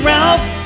Ralph